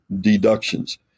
deductions